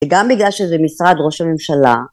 וגם בגלל שזה משרד ראש הממשלה